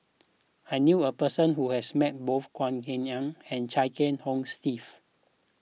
I knew a person who has met both Goh Eng Han and Chia Kiah Hong Steve